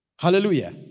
Hallelujah